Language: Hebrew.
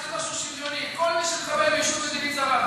שזה משהו שוויוני: כל מי שמקבל מישות מדינית זרה,